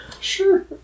Sure